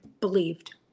believed